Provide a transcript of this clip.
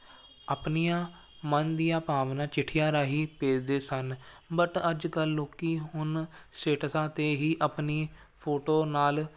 ਆਪਣੀਆਂ ਮਨ ਦੀਆਂ ਭਾਵਨਾ ਚਿੱਠੀਆਂ ਰਾਹੀਂ ਭੇਜਦੇ ਸਨ ਬਟ ਅੱਜ ਕੱਲ੍ਹ ਲੋਕ ਹੁਣ ਸਟੇਟਸਾਂ 'ਤੇ ਹੀ ਆਪਣੀ ਫੋਟੋ ਨਾਲ